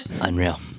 Unreal